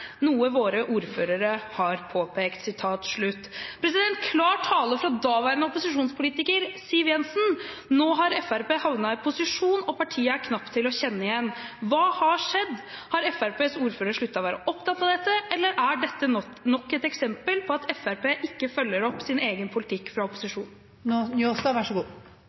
noe våre ordførere også har påpekt.» Det var klar tale fra daværende opposisjonspolitiker Siv Jensen. Nå har Fremskrittspartiet havnet i posisjon, og partiet er knapt til å kjenne igjen. Hva har skjedd? Har Fremskrittspartiets ordførere sluttet å være opptatt av dette, eller er dette nok et eksempel på at Fremskrittspartiet ikke følger opp sin egen politikk fra